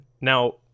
Now